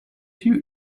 you